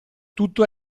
tutto